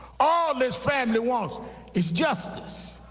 all his family wants is justice.